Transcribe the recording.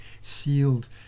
sealed